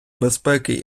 безпеки